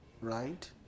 Right